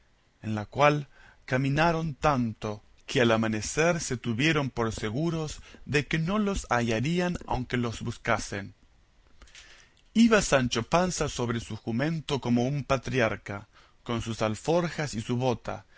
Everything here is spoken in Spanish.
en la cual caminaron tanto que al amanecer se tuvieron por seguros de que no los hallarían aunque los buscasen iba sancho panza sobre su jumento como un patriarca con sus alforjas y su bota